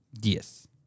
Yes